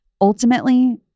ultimately